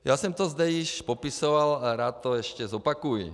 Již jsem to zde popisoval a rád to ještě zopakuji.